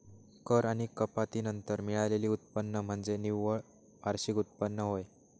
कर आणि कपाती नंतर मिळालेले उत्पन्न म्हणजे निव्वळ वार्षिक उत्पन्न होय